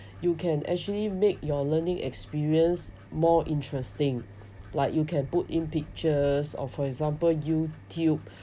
you can actually make your learning experience more interesting like you can put in pictures or for example youtube